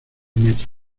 metro